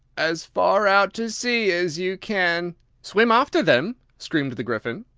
as far out to sea as you can swim, after them! screamed the gryphon.